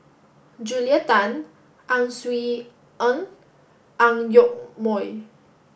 Julia Tan Ang Swee Aun and Ang Yoke Mooi